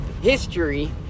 history